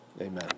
Amen